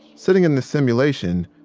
sitting in this simulation,